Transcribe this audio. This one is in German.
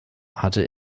hatte